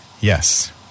yes